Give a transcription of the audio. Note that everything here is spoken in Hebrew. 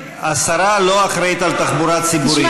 השרה לא אחראית לתחבורה ציבורית,